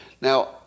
Now